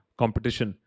competition